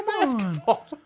basketball